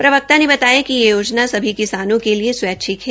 प्रवक्ता ने बताया कि यह योजना सभी किसानों के लिए स्वैच्छिक है